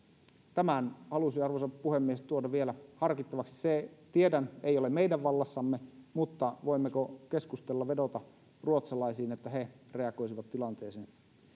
tämän halusin arvoisa puhemies tuoda vielä harkittavaksi tiedän että se ei ole meidän vallassamme mutta voimmeko vedota ruotsalaisiin ja keskustella siitä että he reagoisivat tilanteeseen